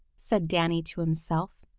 said danny to himself,